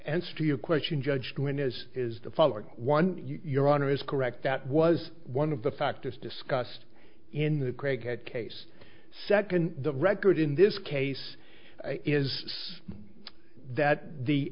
answer to your question judgment is is the following one your honor is correct that was one of the factors discussed in the craighead case second the record in this case is that the